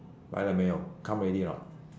来了没有 come already or not